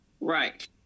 Right